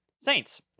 saints